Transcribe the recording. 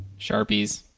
Sharpies